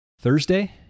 Thursday